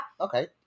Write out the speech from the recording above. Okay